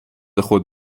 خود